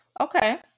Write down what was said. Okay